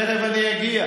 תכף אני אגיע.